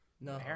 No